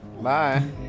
Bye